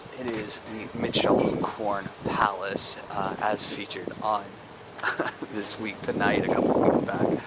it is the mitchell corn palace as featured on this week tonight weeks back.